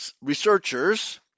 researchers